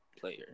player